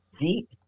deep